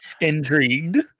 Intrigued